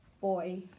boy